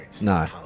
No